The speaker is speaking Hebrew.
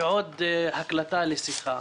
ועוד הקלטה לשיחה